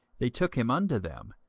they took him unto them,